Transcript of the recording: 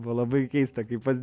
buvo labai keista kaip pats